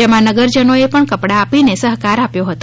જેમા નગરજનોએ પણ કપડા આપીને સહકાર આપ્યો હતો